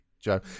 Joe